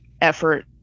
effort